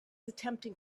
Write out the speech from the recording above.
attempting